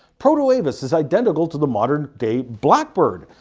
protoavis is identical to the modern day blackbird,